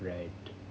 right